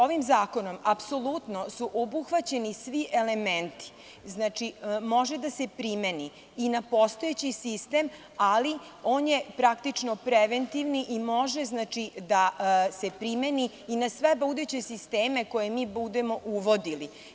Ovim zakonom apsolutno su obuhvaćeni svi elementi, što znači da može da se primeni i na postojeći sistem, ali on je praktično preventivni i može da se primeni i na sve buduće sisteme koje mi budemo uvodili.